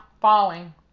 falling